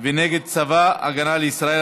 ונגד צבא הגנה לישראל),